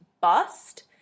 bust